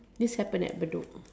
this happen at Bedok